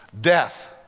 death